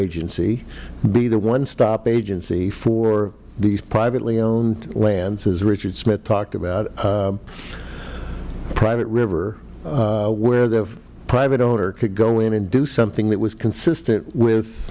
agency be the one stop agency for these privately owned lands as richard smith talked about a private river where the private owner could go in and do something that was consistent with